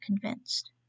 convinced